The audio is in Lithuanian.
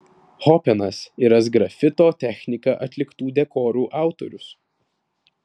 hopenas yra sgrafito technika atliktų dekorų autorius